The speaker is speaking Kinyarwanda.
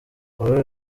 aurore